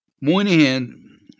Moynihan